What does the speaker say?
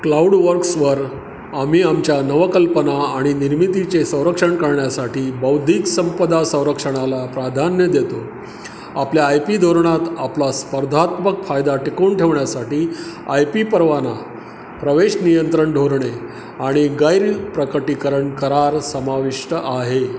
क्लाउडवर्क्सवर आम्ही आमच्या नवकल्पना आणि निर्मितीचे संरक्षण करण्यासाठी बौद्धिक संपदा संरक्षणाला प्राधान्य देतो आपल्या आय पी धोरणात आपला स्पर्धात्मक फायदा टिकवून ठेवण्यासाठी आय पी परवाना प्रवेश नियंत्रण धोरणे आणि गैर प्रकटीकरण करार समाविष्ट आहे